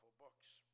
books